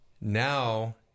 Now